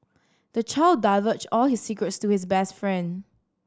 the child divulged all his secrets to his best friend